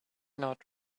not